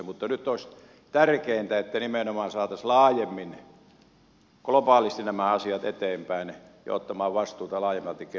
mutta nyt olisi tärkeintä että nimenomaan saataisiin laajemmin globaalisti nämä asiat eteenpäin ja vastuun ottoa laajemmaltikin